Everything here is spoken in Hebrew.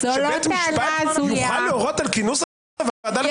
שבית משפט יוכל להורות על כינוס הוועדה לבחירת שופטים.